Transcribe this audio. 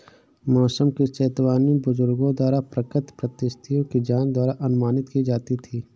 मौसम की चेतावनी बुजुर्गों द्वारा प्राकृतिक परिस्थिति की जांच द्वारा अनुमानित की जाती थी